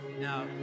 now